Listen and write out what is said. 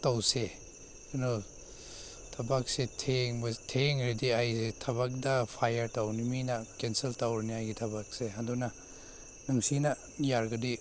ꯇꯧꯁꯦ ꯀꯩꯅꯣ ꯊꯕꯛꯁꯦ ꯊꯦꯡꯕ ꯊꯦꯛꯈ꯭ꯔꯗꯤ ꯑꯩꯁꯦ ꯊꯕꯛꯇ ꯐꯥꯏꯌꯔ ꯇꯧꯒꯅꯤ ꯃꯤꯅ ꯀꯦꯟꯁꯦꯜ ꯇꯧꯔꯅꯤ ꯑꯩꯒꯤ ꯊꯕꯛꯁꯦ ꯑꯗꯨꯅ ꯅꯨꯡꯁꯤ ꯌꯥꯔꯒꯗꯤ